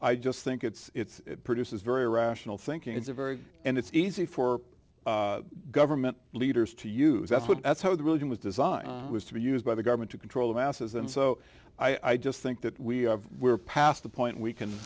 i just think it's produces very rational thinking it's a very and it's easy for government leaders to use that's what that's how the religion was designed was to be used by the government to control the masses and so i just think that we we're past the point we can